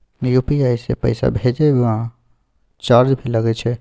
UPI से पैसा भेजै म चार्ज भी लागे छै?